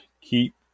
keep